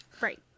right